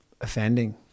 offending